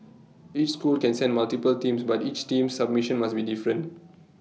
each school can send multiple teams but each team's submission must be different